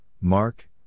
Mark